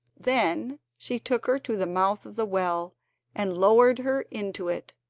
then she took her to the mouth of the well and lowered her into it,